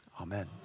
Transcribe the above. Amen